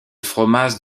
fromage